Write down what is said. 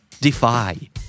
defy